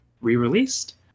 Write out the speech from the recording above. re-released